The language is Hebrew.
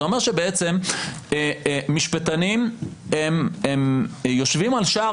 זה אומר שבעצם משפטנים יושבים על שער